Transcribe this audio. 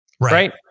Right